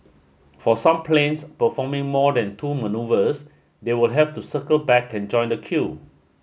for some planes performing more than two manoeuvres they will have to circle back and join the queue